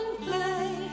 play